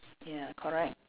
ya correct